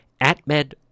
AtMed